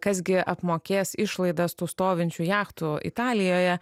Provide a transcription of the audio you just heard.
kas gi apmokės išlaidas tų stovinčių jachtų italijoje